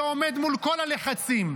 שעומד מול כל הלחצים,